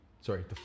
sorry